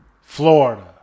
Florida